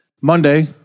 Monday